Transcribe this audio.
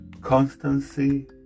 Constancy